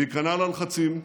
להיכנע ללחצים,